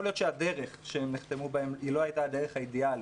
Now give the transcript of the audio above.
יכול להיות שהדרך שהם נחתמו היא לא הייתה הדרך האידיאלית.